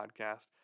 podcast